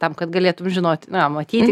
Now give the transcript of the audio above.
tam kad galėtum žinoti na matyti